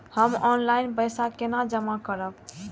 हम ऑनलाइन पैसा केना जमा करब?